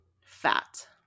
fat